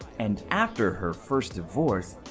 and after her first divorce,